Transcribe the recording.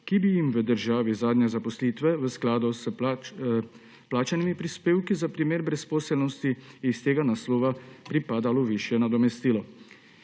ki bi jim v državi zadnje zaposlitve v skladu s plačanimi prispevki za primer brezposelnosti iz tega naslova pripadalo višje nadomestilo.